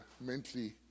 mentally